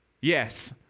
Yes